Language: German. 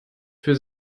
für